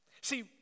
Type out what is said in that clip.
See